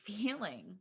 feeling